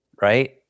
right